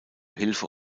hilfe